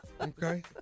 Okay